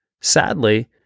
Sadly